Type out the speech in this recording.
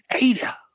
Ada